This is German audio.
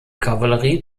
kavallerie